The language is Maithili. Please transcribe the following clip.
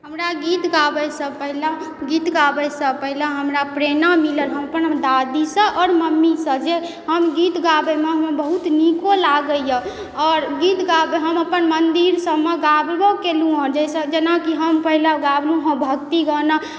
हमरा गीत गाबयसँ पहिले गीत गाबयसँ पहिले हमरा प्रेरणा मिलल हम अपन दादीसँ आोर मम्मीसँ जे हम गीत गाबयमे हमरा बहुत नीको लागय यऽ आओर गीत गाबय हम अपन मन्दिर सबमे गाबबो कयलहुँ हँ जैसँ जेना कि हम पहिले गाबलहुँ हँ भक्ति गाना